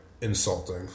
insulting